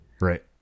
Right